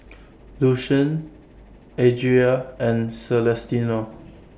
Lucian Adria and Celestino